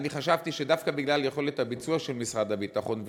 אני חשבתי שדווקא בגלל יכולת הביצוע של משרד הביטחון,